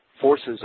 forces